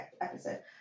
episode